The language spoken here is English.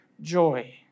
joy